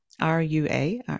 R-U-A